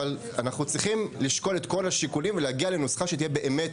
אבל אנחנו צריכים לשקול את כל השיקולים ולהגיע לנוסחה שתהיה באמת